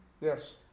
yes